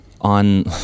on